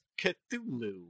Cthulhu